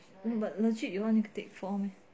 no but legit you want to take four meh